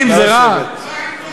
אני לא מצליחה, תודה רבה.